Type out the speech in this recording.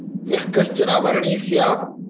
यः कश्चन वर्णी स्यात्